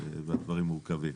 והדברים מורכבים.